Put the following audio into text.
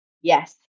yes